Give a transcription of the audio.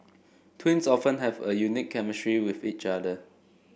twins often have a unique chemistry with each other